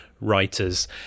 writers